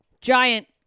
giant